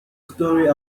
story